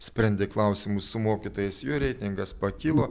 sprendė klausimus su mokytojais jo reitingas pakilo